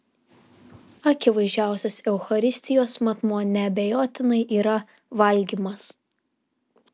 akivaizdžiausias eucharistijos matmuo neabejotinai yra valgymas